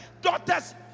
daughter's